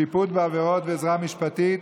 שיפוט בעבירות ועזרה משפטית),